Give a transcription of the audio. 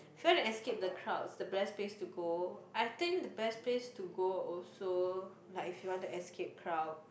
if you want to escape the crowds the best place to go I think the best place to go also like if you want to escape crowd